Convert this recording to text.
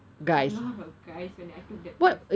a lot of guys when I took the test